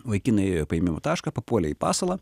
vaikinai paėmimo tašką papuolė į pasalą